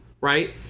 right